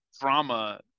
drama